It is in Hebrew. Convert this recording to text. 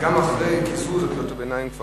גם אחרי קיזוז קריאות הביניים,